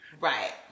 Right